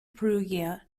perugia